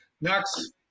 Next